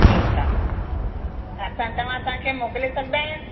ठीकु आहे असां तव्हां असांखे मोकिले सघंदा आहियो